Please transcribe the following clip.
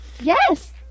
Yes